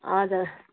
हजुर